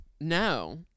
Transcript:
No